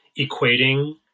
equating